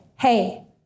hey